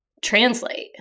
Translate